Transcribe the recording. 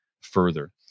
further